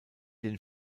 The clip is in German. den